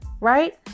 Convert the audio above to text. right